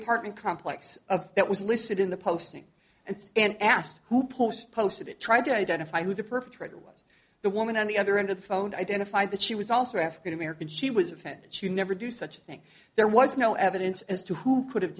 apartment complex of that was listed in the posting and and asked who post posted it tried to identify who the perpetrator was the woman on the other end of the phone identified that she was also african american she was offended she never do such a thing there was no evidence as to who could have